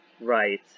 Right